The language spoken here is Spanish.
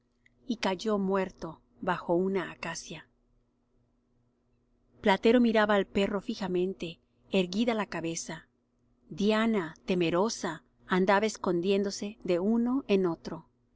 y cayó muerto bajo una acacia platero miraba al perro fijamente erguida la cabeza diana temerosa andaba escondiéndose de uno en otro el